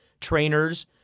trainers